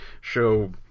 show